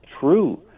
true